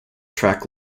track